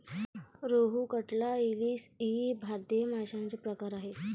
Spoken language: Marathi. रोहू, कटला, इलीस इ भारतीय माशांचे प्रकार आहेत